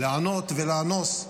לענות ולאנוס אזרחים,